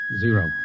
zero